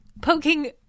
poking